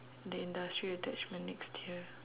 the industry attachment next year